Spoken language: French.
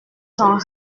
j’en